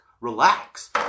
relax